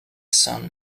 son